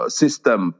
system